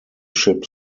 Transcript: ship